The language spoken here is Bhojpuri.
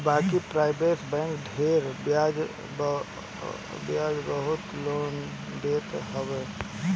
बाकी प्राइवेट बैंक ढेर बियाज पअ लोन देत हवे